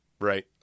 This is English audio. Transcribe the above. Right